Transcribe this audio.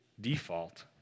default